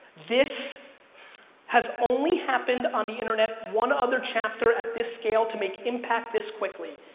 this has only happened on the internet one other chapter at this scale to make impact this quickly.